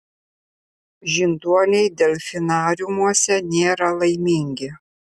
žinduoliai delfinariumuose nėra laimingi